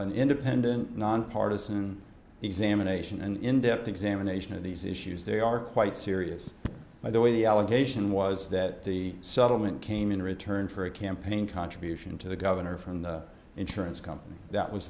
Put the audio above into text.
an independent nonpartisan examination and in depth examination of these issues they are quite serious by the way the allegation was that the settlement came in return for a campaign contribution to the governor from the insurance company that was